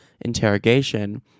interrogation